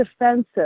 defensive